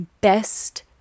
best